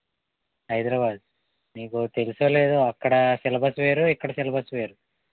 హైదరాబాదు నీకు తెలుసో లేదో అక్కడ సిలబస్ వేరు ఇక్కడ సిలబస్ వేరు